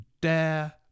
dare